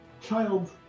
Child